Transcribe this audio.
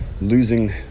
losing